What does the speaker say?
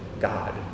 God